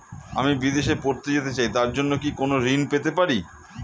আমি বিদেশে পড়তে যেতে চাই তার জন্য কি কোন ঋণ পেতে পারি?